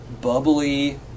Bubbly